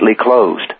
closed